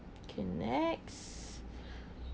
okay next